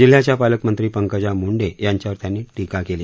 जिल्ह्याच्या पालकमंत्री पंकजा मुंडे यांच्यावर त्यांनी टीका केली